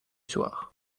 soir